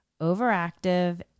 overactive